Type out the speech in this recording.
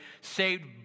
saved